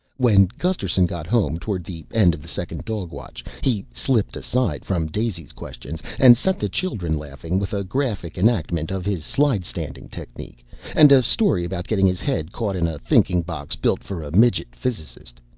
when gusterson got home toward the end of the second dog watch, he slipped aside from daisy's questions and set the children laughing with a graphic enactment of his slidestanding technique and a story about getting his head caught in a thinking box built for a midget physicist.